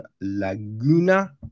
Laguna